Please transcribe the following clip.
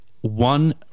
one